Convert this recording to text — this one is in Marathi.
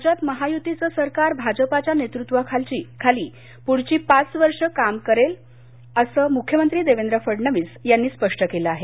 राज्यात महायुतीचं सरकार भाजपाच्या नेतृत्वाखालीच पुढची पाच वर्षे काम करेल असं मुख्यमंत्री देवेंद्र फडणवीस यांनी स्पष्ट केलं आहे